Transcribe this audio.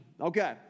Okay